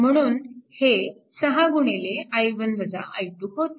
म्हणून हे 6 होते